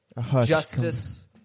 Justice